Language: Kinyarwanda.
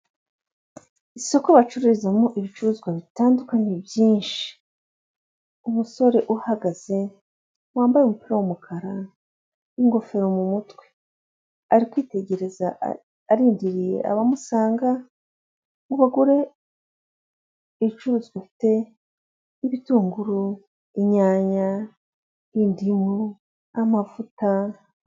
Ishusho igaragaza ibiro biberamo, ibiro biberamo ihererekanya, ibiro birafunguye imbere yabyo hari umuntu usa nuri gusohokamo biseze amabara y'icyapa cyerekana kiri mu mabara y'umuhondo.